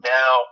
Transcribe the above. Now